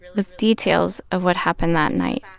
the details of what happened that night,